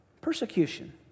Persecution